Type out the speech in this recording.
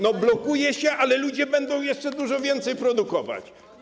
No blokuje się, ale ludzie będą jeszcze dużo więcej produkować.